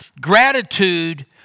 gratitude